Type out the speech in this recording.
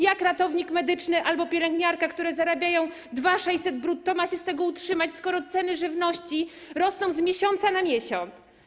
Jak ratownik medyczny albo pielęgniarka, którzy zarabiają 2600 brutto, mają się z tego utrzymać, skoro ceny żywności rosną z miesiąca na miesiąc?